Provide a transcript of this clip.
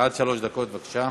בבקשה.